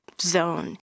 zone